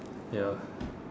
ya